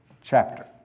chapter